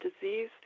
Disease